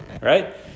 right